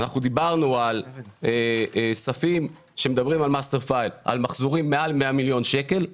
דיברנו על ספים על מחזורים מעל 100 מיליון שקלים.